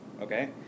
okay